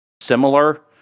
similar